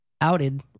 outed